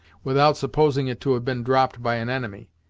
without supposing it to have been dropped by an enemy.